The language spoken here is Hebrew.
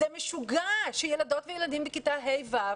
זה משוגע שילדות וילדים בכיתה ה'-ו'